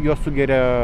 juos sugeria